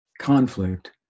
conflict